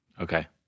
okay